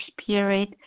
spirit